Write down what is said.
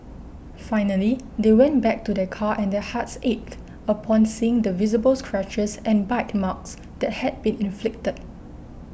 finally they went back to their car and their hearts ached upon seeing the visible scratches and bite marks that had been inflicted